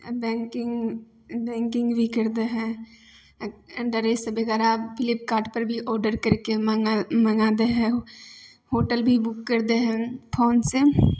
banking banking भी करि दै हइ ड्रेस वगेरह फ्लिपकार्टपर भी आर्डर करिके मङ्गा मङ्गा दै हइ होटल भी बुक करि दै हइ फोनसँ